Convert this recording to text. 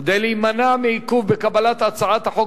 וכדי להימנע מעיכוב בקבלת הצעת החוק